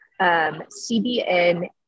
CBN